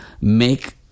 make